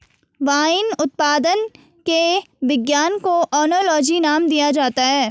wine उत्पादन के विज्ञान को ओनोलॉजी नाम दिया जाता है